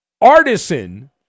artisan